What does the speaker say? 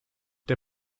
der